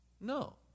No